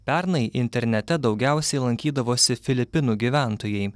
pernai internete daugiausiai lankydavosi filipinų gyventojai